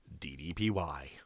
DDPY